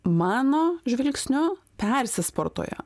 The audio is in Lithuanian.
mano žvilgsniu persisportuoja